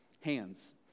hands